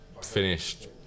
finished